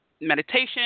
meditation